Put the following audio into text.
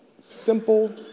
simple